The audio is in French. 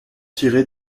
tirée